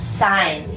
sign